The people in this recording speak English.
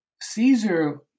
Caesar